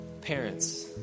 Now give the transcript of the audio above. Parents